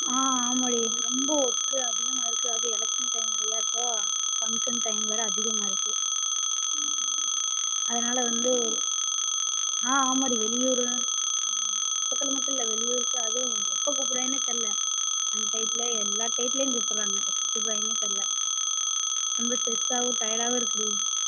ஆ ஆமாடி ரொம்ப ஒர்க்கு அதிகமாக இருக்குது அதுவும் எலெக்ஷன் டைம் வேறுயா இப்போது ஃபங்க்ஷன் டைம் வேறு அதிகமாக இருக்குது அதனால் வந்து ஆ ஆமாடி வெளியூரு பக்கத்தில் மட்டும் இல்லை வெளியூருக்கு அதுவும் எப்போ கூப்பிடுவாங்கனே தெரில அன்டையத்தில் எல்லாம் டையத்துலேயும் கூப்பிட்றாங்க எப்போ கூப்பிடுவாய்ங்கனே தெரில ரொம்ப ஸ்ட்ரெஸ்ஸாகவும் டயர்டாகவும் இருக்குடி